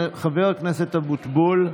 חבר הכנסת אבוטבול,